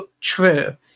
true